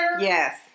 Yes